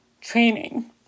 training